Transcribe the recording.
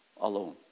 alone